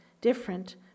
different